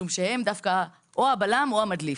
משום שהם דווקא או הבלם או המדליף.